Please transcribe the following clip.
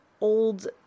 old